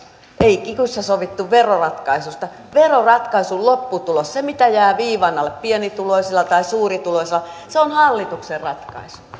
ei kikyssä sovittu veroratkaisusta veroratkaisun lopputulos se mitä jää viivan alle pienituloisilla tai suurituloisilla on hallituksen ratkaisu